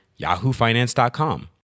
yahoofinance.com